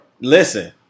Listen